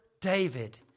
David